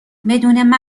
بدون